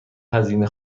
هزینه